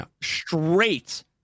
straight